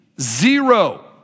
Zero